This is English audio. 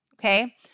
okay